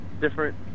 different